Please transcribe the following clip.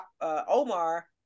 Omar